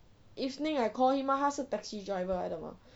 evening I call him hor 他是 taxi driver 来的 mah